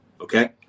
Okay